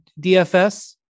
DFS